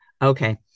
Okay